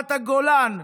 ברמת הגולן,